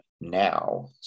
now